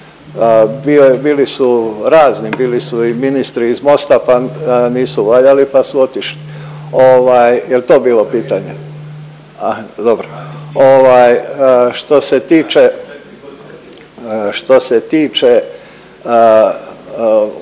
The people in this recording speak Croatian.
bili su razni, bili su i ministri iz Mosta pa nisu valjali pa su otišli. Ovaj, jel to bilo pitanje. A dobro.